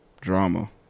Drama